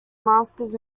masters